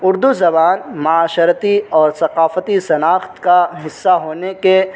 اردو زبان معاشرتی اور ثقافتی شناخت کا حصہ ہونے کے